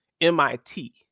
MIT